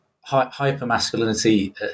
Hyper-masculinity